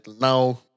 now